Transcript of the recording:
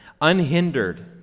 unhindered